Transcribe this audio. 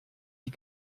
die